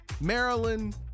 Maryland